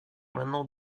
maintenant